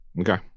Okay